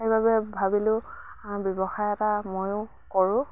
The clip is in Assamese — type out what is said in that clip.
সেইবাবে ভাবিলোঁ ব্যৱসায় এটা ময়ো কৰোঁ